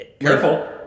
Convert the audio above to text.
Careful